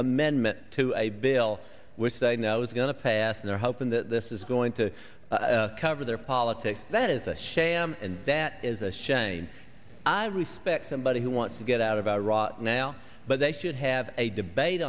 amendment to a bill which they know is going to pass and they're hoping the is going to cover their politics that is a sham and that is a shame i respect somebody who wants to get out of iraq now but they should have a debate